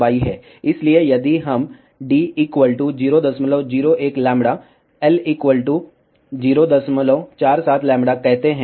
इसलिए यदि हम d 001λ l 047 λ कहते हैं